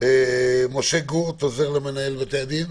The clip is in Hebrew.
משה גורט, עוזר למנהל בתי-הדין.